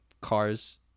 cars